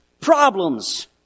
problems